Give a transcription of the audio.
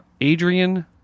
Adrian